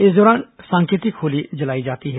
इस दौरान सांकेतिक होली जलाई जाती है